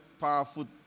powerful